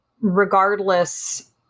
regardless